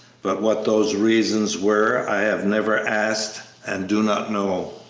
but what those reasons were i have never asked and do not know.